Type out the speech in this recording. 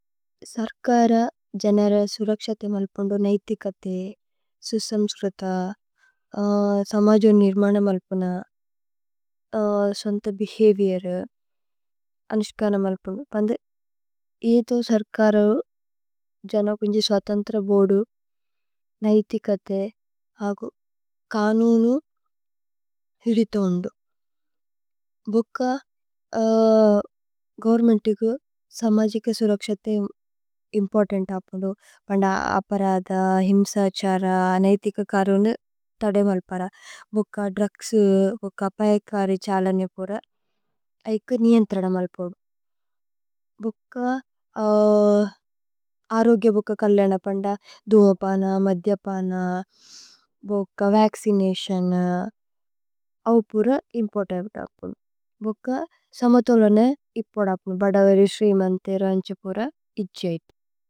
സര്കര ജനര സുരക്ശതേ മല്പുന്ദു നൈഥി കഥേ। സുസ്സമ്സ്രുത സമജോന് നിര്മന മല്പുന സോന്ത। ബേഹവിഓരു അനുശ്കന മല്പുന പന്ദേ। ഏഥോ സര്കരലു ജന കുന്ജി സ്വതന്ത്ര ബോദു നൈഥി। കഥേ അഗു കനുനു ഹിദിഥ ഉന്ദു। ഭുക്ക ഗോവേര്ന്മേന്തു ഗു സമജിക। സുരക്ശതേ ഇമ്പോര്തന്ത അപുന്ദു പന്ദേ അപരദ। ഹിമ്സ അഛര നൈഥിക കരുനു ഥദേ മല്പര। ഭുക്ക ദ്രുഗ്സു ബുക്ക പയകരി ഛലനേ പുര। ഏകു നിജന്ത്രദ മല്പുദു ഭുക്ക അരോഗേ ബുക്ക। കല്ലേന പന്ദേ ധുമപന। മധ്യപന ബുക്ക വച്ചിനതിഓന അവു പുര। ഇമ്പോര്തന്ത അപുന്ദു ഭുക്ക സമഥോലനേ ഇപുദ। അപുന്ദു ഭദവരി സ്രിമന്ത ഇരുവന്ഛപുര ഇത്ജൈത്।